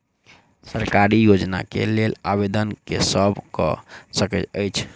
सरकारी योजना केँ लेल आवेदन केँ सब कऽ सकैत अछि?